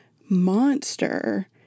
monster